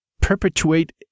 perpetuate